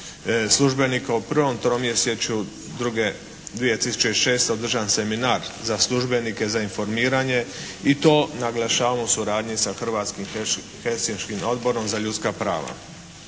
službenika u prvom tromjesečju 2006. održan seminar za službenike za informiranje i to naglašavam u suradnji sa Hrvatskim helsinškim odborom za ljudska prava.